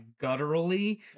gutturally